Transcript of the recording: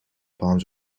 palms